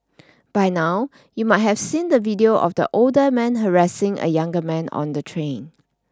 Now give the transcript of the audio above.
by now you might have seen the video of the older man harassing a younger man on the train